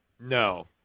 No